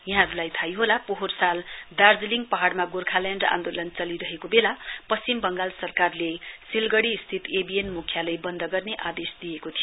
यहाँहरुलाई थाहै होला पोहोर साल दार्जीलिङ पहाड़मा गोर्खाल्याण्ड आन्दोलन चलिरहेको वेला पश्चिम वंगाल सरकारले सिलगढ़ीस्थित एवीएन म्ख्यालय वन्द गर्ने आदेश दिएको थियो